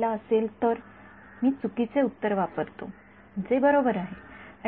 मी ०८ ला प्रारंभ केला असेल तर मी चुकीचे उत्तर वापरतो जे बरोबर आहे